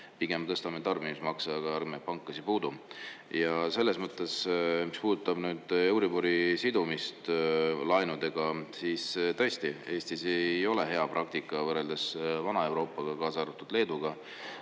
pigem tõstame tarbimismakse, aga ärme pankasid puutu. Selles mõttes, mis puudutab euribori sidumist laenudega, siis tõesti Eestis ei ole hea praktika võrreldes vana Euroopaga, kaasa arvatud Leeduga.